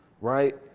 right